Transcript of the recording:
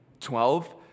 Twelve